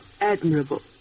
Admirable